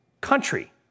country